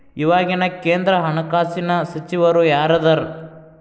ಇವಾಗಿನ ಕೇಂದ್ರ ಹಣಕಾಸಿನ ಸಚಿವರು ಯಾರದರ